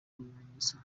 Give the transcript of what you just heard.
bimenyetso